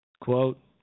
Quote